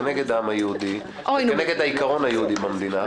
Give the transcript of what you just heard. כנגד העם היהודי וכנגד העיקרון היהודי במדינה.